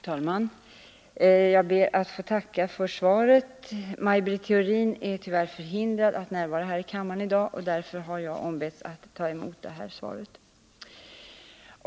Herr talman! Jag ber att få tacka för svaret. Maj Britt Theorin är tyvärr förhindrad att i dag närvara här i kammaren, och därför har jag ombetts att ta emot detta svar.